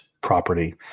property